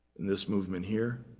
in this movement here.